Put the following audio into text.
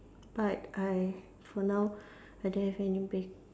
but I for now I don't have any bake